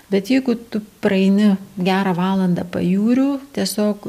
bet jeigu tu praeini gerą valandą pajūriu tiesiog